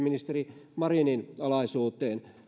ministeri marinin alaisuuteen